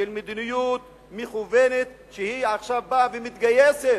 של מדיניות מכוונת, שעכשיו היא באה ומתגייסת,